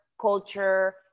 culture